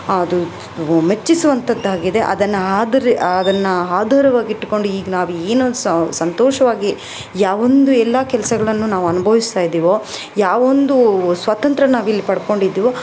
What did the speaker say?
ಅದು ಮೆಚ್ಚಿಸುವಂಥದ್ದಾಗಿದೆ ಅದನ್ನು ಆದರೆ ಅದನ್ನು ಆಧಾರವಾಗಿಟ್ಟುಕೊಂಡು ಈಗ ನಾವು ಏನು ಸಂತೋಷವಾಗಿ ಯಾವೊಂದು ಎಲ್ಲ ಕೆಲಸಗಳನ್ನು ನಾವು ಅನ್ಭವಿಸ್ತಾ ಇದ್ದೀವೊ ಯಾವೊಂದು ಸ್ವಾತಂತ್ರ್ಯ ನಾವಿಲ್ಲಿ ಪಡ್ಕೊಂಡಿದ್ದೀವೊ